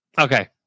Okay